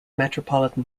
metropolitan